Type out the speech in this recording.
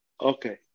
Okay